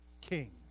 king